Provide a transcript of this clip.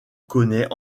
connaît